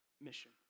mission